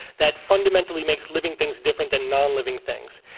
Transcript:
that fundamentally makes living things different than nonliving things.